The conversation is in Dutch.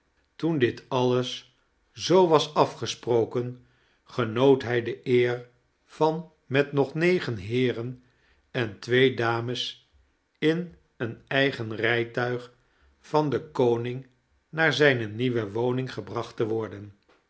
toen dit alles zoo was afgesproken genoot hij de eer van met nog negen heeren en twee dames in een eigen rijtuig van den koning naar zijne nieuwe woning gebracht te worden